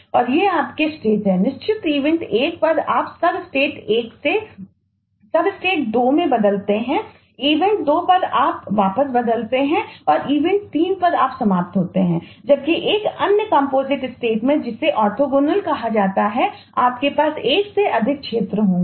तो यह एक कंपोजिट स्टेट कहा जाता है आपके पास एक से अधिक क्षेत्र होंगे